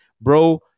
Bro